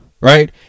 right